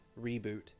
reboot